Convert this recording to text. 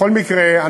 בכל מקרה,